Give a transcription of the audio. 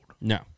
No